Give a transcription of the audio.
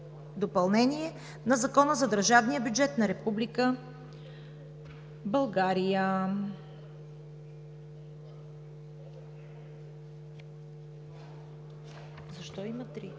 допълнение на Закона за държавния бюджет на Република България. Моля, режим